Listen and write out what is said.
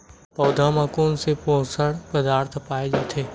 पौधा मा कोन से पोषक पदार्थ पाए जाथे?